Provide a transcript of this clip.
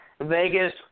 Vegas